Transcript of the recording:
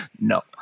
No